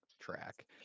track